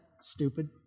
stupid